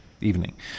evening